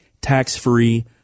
tax-free